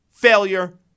failure